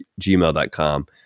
gmail.com